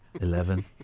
eleven